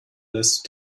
lässt